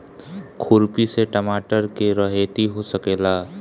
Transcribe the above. खुरपी से टमाटर के रहेती हो सकेला?